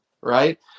right